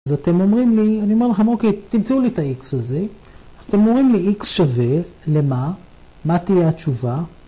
אז אתם אומרים לי, אני אומר לכם, אוקיי, תמצאו לי את ה-x הזה. אז אתם אומרים לי x שווה למה? מה תהיה התשובה?